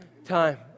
Time